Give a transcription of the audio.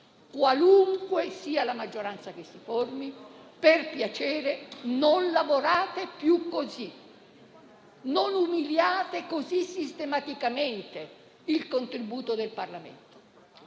e dalla maggioranza che si formerà: «Per piacere, non lavorate più così. Non umiliate così sistematicamente il contributo del Parlamento».